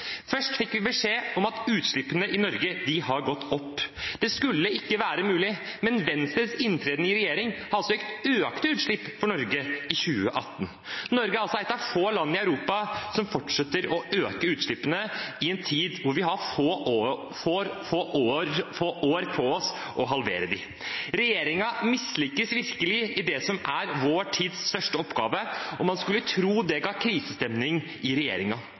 Først fikk vi beskjed om at utslippene i Norge har gått opp. Det skulle ikke være mulig, men Venstres inntreden i regjering har altså gitt økte utslipp i Norge i 2018. Norge er et av få land i Europa som fortsetter å øke utslippene i en tid da vi har få år på oss til å halvere dem. Regjeringen mislykkes virkelig i det som er vår tids største oppgave, og man skulle tro det ga krisestemning i